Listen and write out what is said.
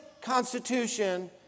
constitution